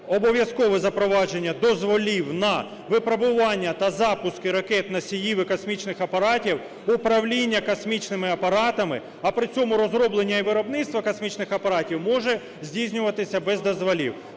обов'язкове запровадження дозволів на випробування та запуск ракетоносіїв і космічних апаратів в управління космічними апаратами, а при цьому розроблення і виробництво космічних апаратів може здійснюватися без дозволів.